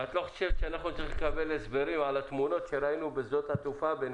את לא חושבת שאנחנו צריכים לקבל הסבר על התמונות שראינו בשדות התעופה?